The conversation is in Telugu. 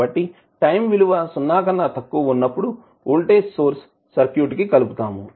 కాబట్టి టైం t విలువ సున్నా కన్నా తక్కువ ఉన్నప్పుడు వోల్టేజ్ సోర్స్ సర్క్యూట్ కి కలుపుతాం